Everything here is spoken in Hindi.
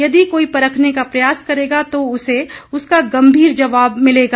यदि कोई परखने का प्रयास करेगा तो उसे उसका गंभीर जवाब मिलेगा